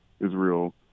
Israel